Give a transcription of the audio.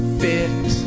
fit